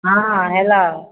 हँ हेलो